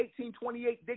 1828